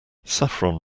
saffron